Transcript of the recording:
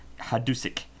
Hadusik